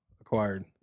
acquired